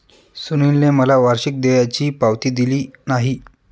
सुनीलने मला वार्षिक देयाची पावती दिली नाही